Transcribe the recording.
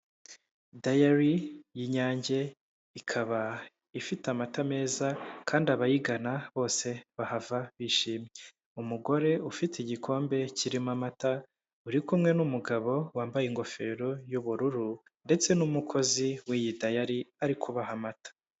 Dayari y'inyange ikaba ifite amata meza kandi abayigana bose bahava bishimye. Umugore ufite igikombe kirimo amata uri kumwe n'umugabo wambaye ingofero y'ubururu ndetse n'umukozi w'iyita dayari ari kubaha amata.